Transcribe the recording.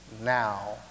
now